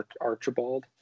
Archibald